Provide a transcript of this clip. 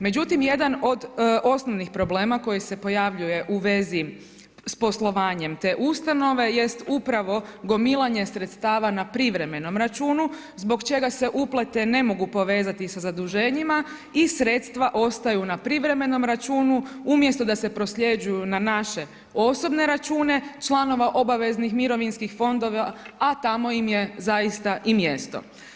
Međutim jedan od osnovnih problema koji se pojavljuje u vezi s poslovanjem te ustanove jest upravo gomilanje sredstava na privremenom računu zbog čega se uplate ne mogu povezati sa zaduženjima i sredstva ostaju na privremenom računu, umjesto da se prosljeđuju na naše osobne račune članova obaveznih mirovinskih fondova, a tamo im je zaista i mjesto.